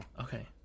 Okay